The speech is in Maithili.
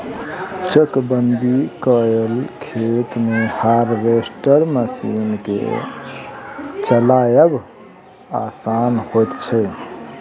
चकबंदी कयल खेत मे हार्वेस्टर मशीन के चलायब आसान होइत छै